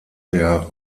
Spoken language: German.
der